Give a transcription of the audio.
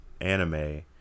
anime